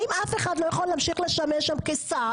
האם אף אחד לא יכול להמשיך לשמש שם כשר,